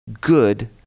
good